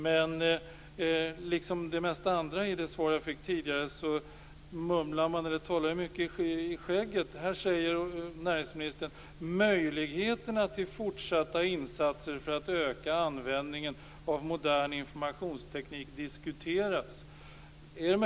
Men liksom det övriga svaret mumlar man i skägget. Här säger näringsministern att möjligheterna att ge fortsatta insatser för att öka användningen av modern informationsteknik diskuteras.